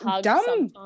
dumb